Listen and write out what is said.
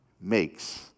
makes